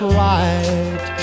right